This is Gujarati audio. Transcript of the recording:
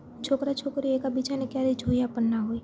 છોકરા છોકરી એકબીજાને ક્યારેય જોયા પણ ના હોય